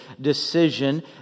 decision